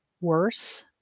worse